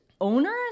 owners